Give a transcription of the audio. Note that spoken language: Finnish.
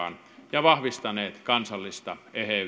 ja vahvistaneet kansallista eheyttä tämä